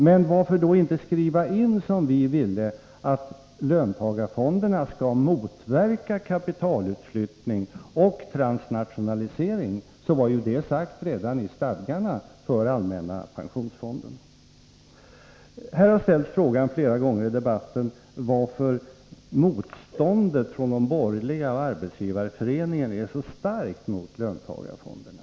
Men varför inte skriva in, som vi vill, att löntagarfonderna skall motverka kapitalutflyttning och transnationalisering — så var det sagt redan i stadgarna för allmänna pensionsfonden. I debatten har flera gånger ställts frågan varför motståndet från de borgerliga och Arbetsgivareföreningen mot löntagarfonderna är så starkt som det är.